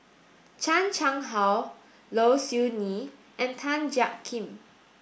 Chan Chang How Low Siew Nghee and Tan Jiak Kim